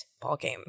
ballgame